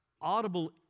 audible